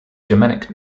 germanic